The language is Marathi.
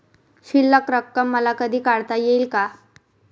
शिल्लक रक्कम मला कधी काढता येईल का?